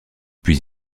puis